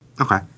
Okay